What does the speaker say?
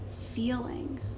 feeling